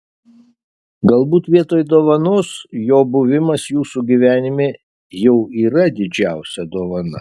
galbūt vietoj dovanos jo buvimas jūsų gyvenime jau yra didžiausia dovana